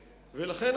ולכן,